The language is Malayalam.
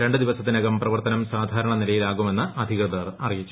രണ്ടു ദിവസത്തിനകം പ്രവർത്തനം സാധാരണ നിലയിലാകുമെന്ന് അധികൃതർ അറിയിച്ചു